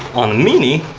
on the mini,